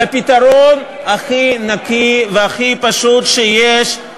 על הפתרון הכי נקי והכי פשוט שיש,